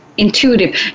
Intuitive